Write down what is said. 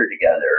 together